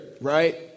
right